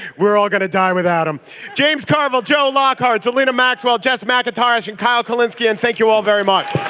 we're all going to die without them james carville joe lockhart selina maxwell jess mac guitars and kyle collins can thank you all very much